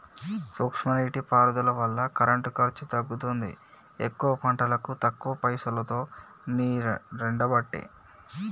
సూక్ష్మ నీటి పారుదల వల్ల కరెంటు ఖర్చు తగ్గుతుంది ఎక్కువ పంటలకు తక్కువ పైసలోతో నీరెండబట్టే